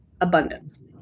abundance